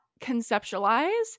conceptualize